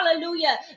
hallelujah